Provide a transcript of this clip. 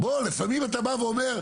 לפעמים אתה בא ואומר,